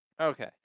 Okay